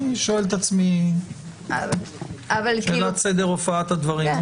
אני שואל את עצמי שאלת סדר הופעת הדברים,